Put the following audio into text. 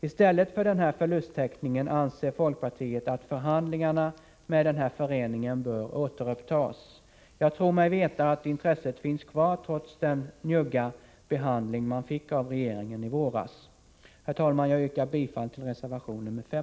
I stället för den här förlusttäckningen anser folkpartiet att förhandlingarna med föreningen bör återupptas. Jag tror mig veta att intresset finns kvar, trots den njugga behandling man fick av regeringen i våras. Herr talman! Jag yrkar bifall till reservation nr 5.